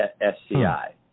SCI